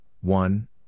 one